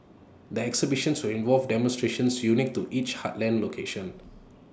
the exhibitions will involve demonstrations unique to each heartland location